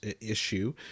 issue